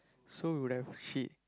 so would have she